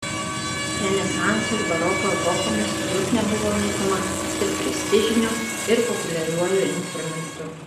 renesanso ir baroko epochomis liutnia buvo laikoma ir prestižiniu ir populiariuoju instrumentu